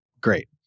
Great